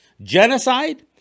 genocide